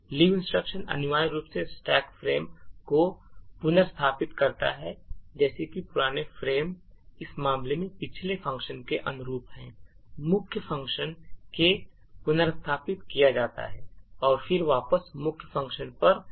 leave instruction अनिवार्य रूप से स्टैक फ्रेम को पुनर्स्थापित करता है जैसे कि पुराने फ्रेम इस मामले में पिछले फंक्शन के अनुरूप है मुख्य फंक्शन को पुनर्स्थापित किया जाता है और फिर वापस मुख्य फंक्शन पर वापस आ जाएगा